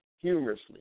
Humorously